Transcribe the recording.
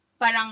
parang